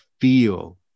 feel